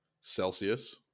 celsius